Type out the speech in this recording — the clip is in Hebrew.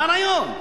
מה הרעיון?